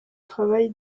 travail